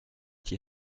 dir